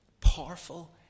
powerful